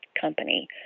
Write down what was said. Company